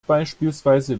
beispielsweise